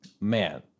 man